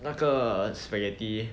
那个 spaghetti